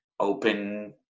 open